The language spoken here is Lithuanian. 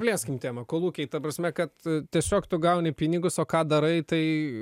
plėskim temą kolūkiai ta prasme kad tiesiog tu gauni pinigus o ką darai tai